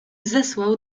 zesłał